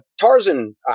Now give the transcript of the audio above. Tarzan